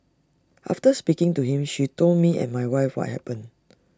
after speaking to him she told me and my wife what happened